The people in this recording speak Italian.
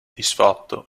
disfatto